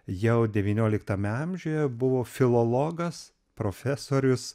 jau devynioliktame amžiuje buvo filologas profesorius